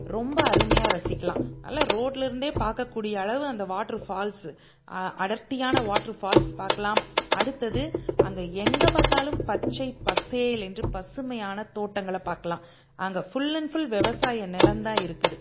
ரொம்ப அருமையாக ரசிக்கலாம் நல்லா ரோட்டுலேருந்தே பார்க்கக்கூடிய அளவு அந்த வாட்ரு ஃபால்ஸு அடர்த்தியான வாட்ரு ஃபால்ஸு பார்க்கலாம் அடுத்தது அங்கே எங்கே பார்த்தாலும் பச்சை பசேல் என்று பசுமையான தோட்டங்களை பார்க்கலாம் அங்கே ஃபுல் அண்ட் ஃபுல் விவசாயம் நிலம் தான் இருக்குது